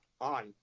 on